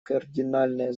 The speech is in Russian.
кардинальное